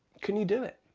can you do it?